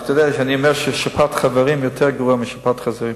אבל אתה יודע שאני אומר ששפעת חברים יותר גרועה משפעת חזירים.